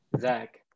Zach